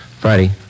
Friday